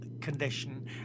condition